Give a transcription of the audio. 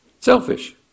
Selfish